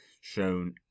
shown